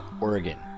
Oregon